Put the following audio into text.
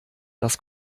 das